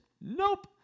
nope